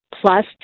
plus